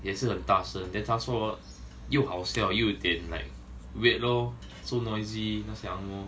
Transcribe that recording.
也是很大声 then 他说又好笑又有点 like weird loh so noisy 那些 ang moh